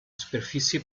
superfície